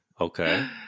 Okay